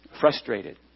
Frustrated